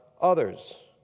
others